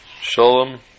Shalom